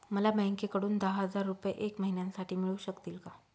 मला बँकेकडून दहा हजार रुपये एक महिन्यांसाठी मिळू शकतील का?